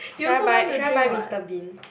should I buy should I buy Mister-Bean